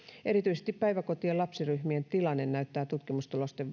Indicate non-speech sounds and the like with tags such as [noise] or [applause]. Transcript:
erityisesti päiväkotien lapsiryhmien tilanne näyttää tutkimustulosten [unintelligible]